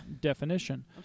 definition